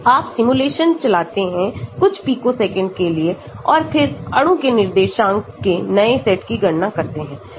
आप सिमुलेशन चलाते हैं कुछ पिको सेकंड के लिए और फिर अणु के निर्देशांक के नए सेट की गणना करते हैं